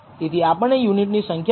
તેથી નીચલા ક્રિટિકલ મૂલ્ય છે 2